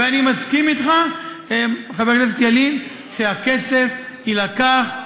ואני מסכים אתך, חבר הכנסת ילין, שהכסף יילקח,